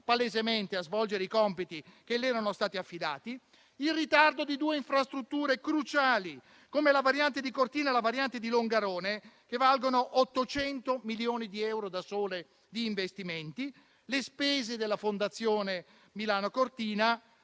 palesemente a svolgere i compiti che le erano stati affidati. La Corte ha evidenziato altresì il ritardo di due infrastrutture cruciali, come la variante di Cortina e quella di Longarone, che valgono 800 milioni di euro da sole di investimenti; le spese della Fondazione Milano Cortina